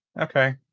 Okay